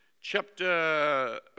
chapter